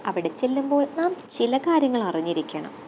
അവിടെ ചെല്ലുമ്പോള് നാം ചില കാര്യങ്ങളറിഞ്ഞിരിക്കണം